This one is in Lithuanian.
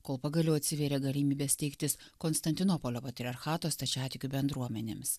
kol pagaliau atsivėrė galimybė steigtis konstantinopolio patriarchato stačiatikių bendruomenėms